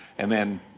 and then,